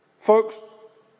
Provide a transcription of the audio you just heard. Folks